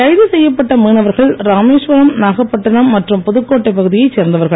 கைது செய்யப்பட்ட மீனவர்கள் ராமேஸ்வரம் நாகப்பட்டிணம் மற்றும் புதுக்கோட்டை பகுதியைச் சேர்ந்தவர்கள்